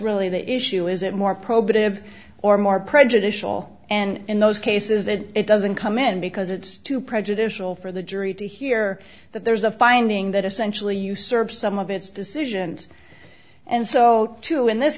really the issue is it more probative or more prejudicial and in those cases that it doesn't come in because it's too prejudicial for the jury to hear that there's a finding that essentially usurp some of its decisions and so to in this